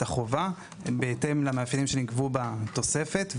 החובה בהתאם למאפיינים שנקבעו בתוספת,